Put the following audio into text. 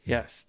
Yes